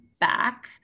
back